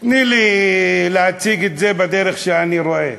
תני לי להציג את זה בדרך שאני רואה.